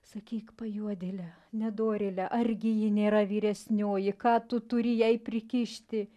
sakyk pajuodėle nedorėle argi ji nėra vyresnioji ką tu turi jai prikišti